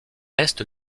est